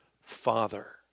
Father